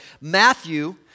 Matthew